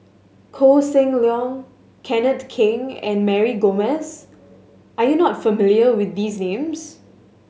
Koh Seng Leong Kenneth Keng and Mary Gomes are you not familiar with these names